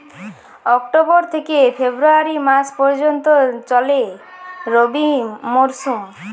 October থেকে February মাস পর্যন্ত চলে রবি মরসুম